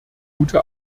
gute